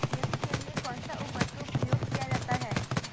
गेहूँ के लिए कौनसा उर्वरक प्रयोग किया जाता है?